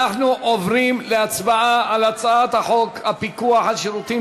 אנחנו עוברים להצבעה על הצעת חוק הפיקוח על שירותים